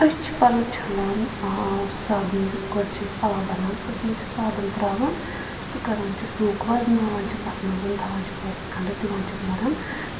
أسۍ چھِ پَلَو چَھلان صابنہِ گۅڈٕ چھِ أسۍ آب اَنان تٔتھۍ منٛز چھِ صابَن ترٛاوان تہٕ کَران چھِ سوکھ وَزٕناوان چھِ تَتھ منٛز تھاوان چھِ پَہرَس کھنٛڈَس دِوان چھِکھ مُرَن